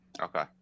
Okay